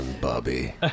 Bobby